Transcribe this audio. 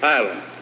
Island